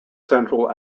central